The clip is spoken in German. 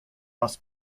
das